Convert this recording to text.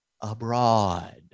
abroad